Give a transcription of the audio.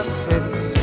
hips